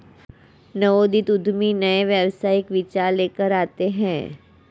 नवोदित उद्यमी नए व्यावसायिक विचार लेकर आते हैं